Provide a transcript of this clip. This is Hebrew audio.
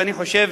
ואני חושב